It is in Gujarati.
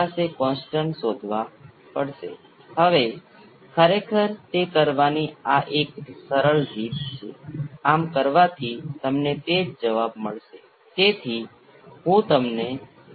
એ જ રીતે અહીં બરાબર એ જ થાય છે જ્યારે R અનંતની બરાબર થાય છે ત્યારે ડેંપિંગ ફેક્ટર 0 હશે